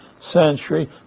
century